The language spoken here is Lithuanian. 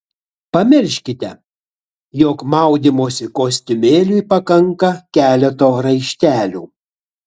pamirškite jog maudymosi kostiumėliui pakanka keleto raištelių